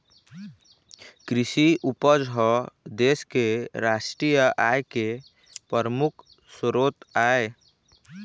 कृषि उपज ह देश के रास्टीय आय के परमुख सरोत आय